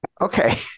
Okay